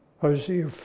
Hosea